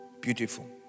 Beautiful